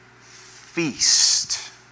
feast